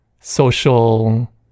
social